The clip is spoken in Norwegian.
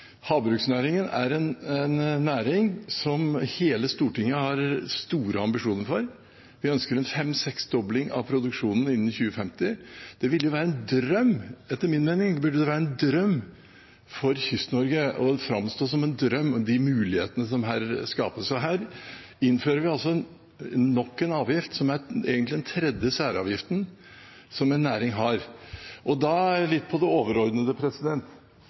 Havbruksnæringen er en næring som hele Stortinget har store ambisjoner for. Vi ønsker en fem–seksdobling av produksjonen innen 2050. Det ville være en drøm – etter min mening burde det være en drøm for Kyst-Norge, de mulighetene som her skapes. Og her innfører vi altså nok en avgift, som egentlig er den tredje særavgiften som en næring har. Litt til det overordnede: